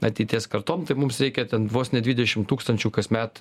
ateities kartom tai mums reikia ten vos ne dvidešim tūkstančių kasmet